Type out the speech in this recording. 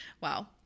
Wow